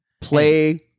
play